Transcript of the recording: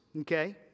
Okay